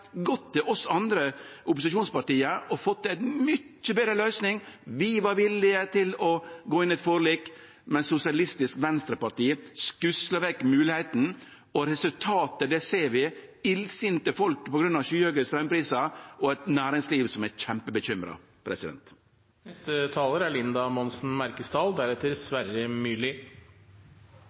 til oss andre opposisjonspartia og fått ei mykje betre løysing. Vi var villige til å gå inn i eit forlik, men Sosialistisk Vestreparti skusla vekk moglegheita, og resultatet ser vi: illsinte folk på grunn av skyhøge straumprisar og eit næringsliv som er kjempebekymra.